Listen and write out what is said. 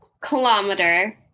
kilometer